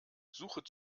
suche